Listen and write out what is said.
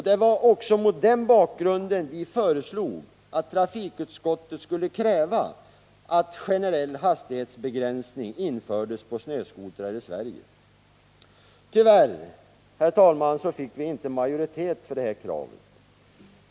Det var mot den bakgrunden vi föreslog att trafikutskottet skulle kräva att generell hastighetsbegränsning infördes på snöskotrar i Sverige. Tyvärr fick vi inte majoritet för det kravet.